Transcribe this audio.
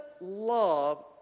love